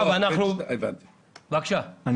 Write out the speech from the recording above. זה